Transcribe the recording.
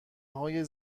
های